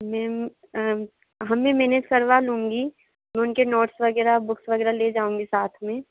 ma'am हाँ मैं manage करवा लूँगी उनके नोट्स वग़ैरह बुक्स वग़ैरह ले जाऊँगी साथ में